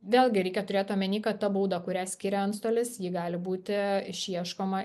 vėlgi reikia turėt omeny kad ta bauda kurią skiria antstolis ji gali būti išieškoma